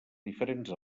diferents